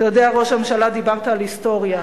אתה יודע, ראש הממשלה, דיברת על היסטוריה.